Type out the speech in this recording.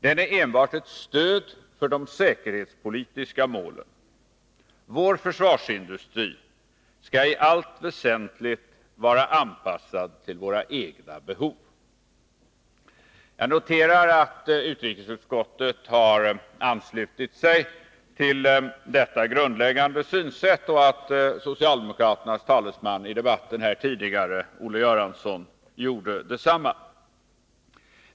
Den är enbart ett stöd för de säkerhetspolitiska målen. Vår försvarsindustri skall i allt väsentligt vara anpassad till våra egna behov. Jag noterar att utrikesutskottet har anslutit sig till detta grundläggande synsätt och att socialdemokraternas talesman i debatten här tidigare, Olle Göransson, gjorde detsamma.